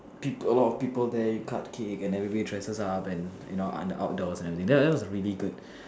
people a lot of people there you cut cake and everybody dresses up and you know outdoors and everything that that was a really good